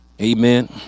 Amen